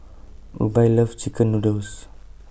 Rubye loves Chicken Noodles